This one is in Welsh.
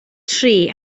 tri